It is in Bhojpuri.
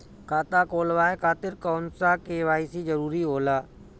खाता खोलवाये खातिर कौन सा के.वाइ.सी जरूरी होला?